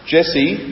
Jesse